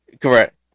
Correct